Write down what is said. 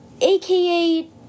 aka